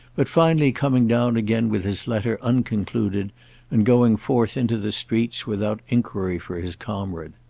but finally coming down again with his letter unconcluded and going forth into the streets without enquiry for his comrade.